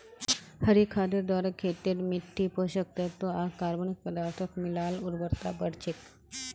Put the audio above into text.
हरी खादेर द्वारे खेतेर मिट्टित पोषक तत्त्व आर कार्बनिक पदार्थक मिला ल उर्वरता बढ़ छेक